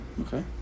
okay